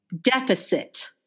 deficit